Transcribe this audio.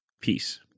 Peace